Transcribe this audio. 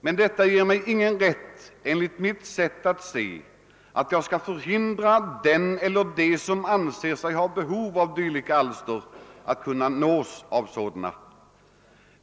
men detta ger mig, enligt mitt sätt att se, ingen rätt att förhindra den eller dem som anser sig ha behov av dylika alster att kunna nås av sådana.